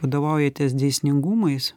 vadovaujatės dėsningumais